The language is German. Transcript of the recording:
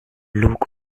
lug